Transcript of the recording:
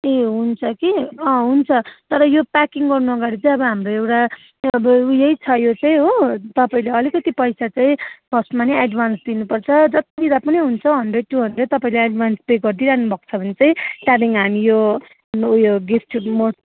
ए हुन्छ कि अँ हुन्छ तर यो प्याकिङ गर्नु अगाडि चाहिँ अब हाम्रो एउटा अब ऊ यही छ यो चाहिँ हो तपाईँले अलिकति पैसा चाहिँ फर्स्टमा नै एडभान्स दिनुपर्छ जति दिँदा पनि हुन्छ हन्ड्रेड टू हन्ड्रेड तपाईँले एडभान्स पे गरिदिई रहनुभएको भने चाहिँ त्यहाँदेखि हामी यो उयो गिफ्ट म